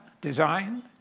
designed